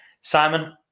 Simon